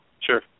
Sure